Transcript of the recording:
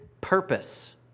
purpose